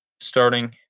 Starting